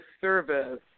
service